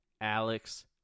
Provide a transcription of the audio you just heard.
Alex